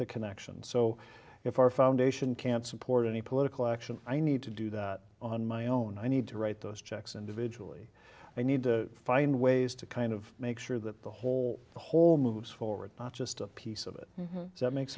the connection so if our foundation can't support any political action i need to do that on my own i need to write those checks individually i need to find ways to kind of make sure that the whole the whole moves forward not just a piece of it that makes